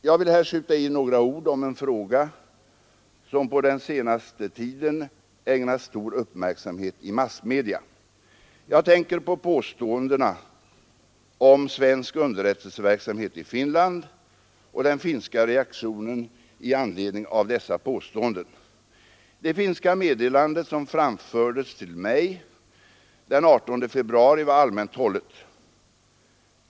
Jag vill här skjuta in några ord om en fråga som på den senaste tiden ägnats stor uppmärksamhet i massmedia. Jag tänker på påståendena om svensk underrättelseverksamhet i Finland och den finska reaktionen i anledning av dessa påståenden. Det finska meddelande som framfördes till mig den 18 februari var allmänt hållet.